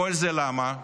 כל זה למה?